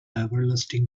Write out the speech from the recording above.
everlasting